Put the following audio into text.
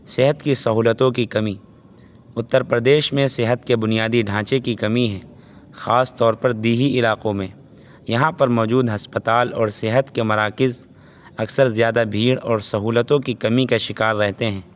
صحت کی سہولتوں کی کمی اتر پردیش میں صحت کے بنیادی ڈھانچے کی کمی ہے خاص طور پر دیہی علاقوں میں یہاں پر موجود ہسپتال اور صحت کے مراکز اکثر زیادہ بھیڑ اور سہولتوں کی کمی کا شکار رہتے ہیں